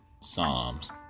Psalms